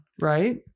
Right